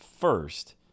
first